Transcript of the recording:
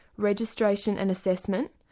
registration and assessment,